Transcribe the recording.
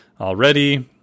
already